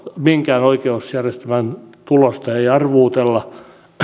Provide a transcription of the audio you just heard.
minkään oikeusjärjestelmän tulosta ei arvuutella